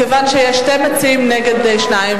מכיוון שיש שני מציעים נגד שניים,